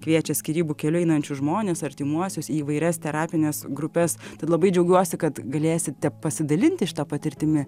kviečia skyrybų keliu einančius žmones artimuosius į įvairias terapines grupes tad labai džiaugiuosi kad galėsite pasidalinti šita patirtimi